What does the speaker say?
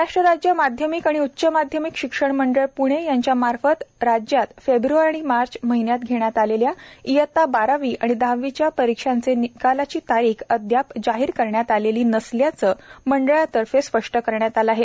महाराष्ट्र राज्य माध्यमिक आणि उच्च माध्यमिक शिक्षण मंडल प्णे यांच्या मार्फत राज्यात फेब्र्वारी आणि मार्च महिन्यात घेण्यात आलेल्या इयता बारावी आणि दहावीच्या परिक्षाचे निकालाची तारीख अदयाप जाहीर करण्यांत आली नसल्याचे मंडळातर्फे तपास करण्यात आले आहे